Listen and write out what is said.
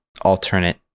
alternate